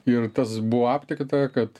ir tas buvo aptikta kad